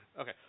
Okay